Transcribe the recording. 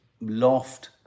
loft